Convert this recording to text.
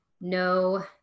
no